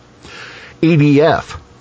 EDF